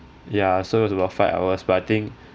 ya so is about five hours but I think